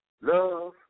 love